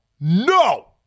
no